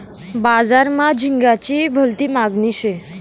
बजार मा झिंगाची भलती मागनी शे